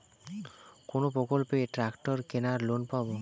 কোন প্রকল্পে ট্রাকটার কেনার লোন পাব?